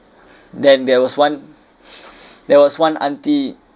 then there was one there was one auntie